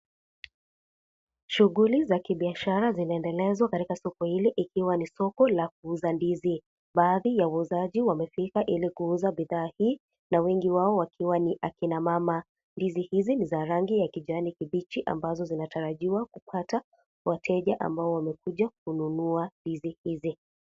Shughuli za kiabiashara zinaendelezwa katika soko hili ikiwa ni soko la kuuza ndizi, baadhi ya wauzaji wamefika hili kuuza bidhaa hii na wengi wao wakiwa ni akina mama ,ndizi hizi ni za rangi ya kijani kibichi ambazo zinztzrzjiwa kupata wateja ambao wamekuja kununua ndizi hizi.